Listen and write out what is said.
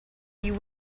you